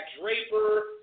Draper